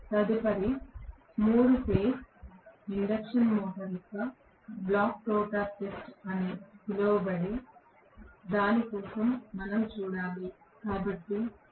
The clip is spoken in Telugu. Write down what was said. తదుపరి 3 ఫేజ్ ఇండక్షన్ మోటర్ యొక్క బ్లాక్ రోటర్ టెస్ట్ అని పిలువబడే దాని కోసం మనం చూడాలి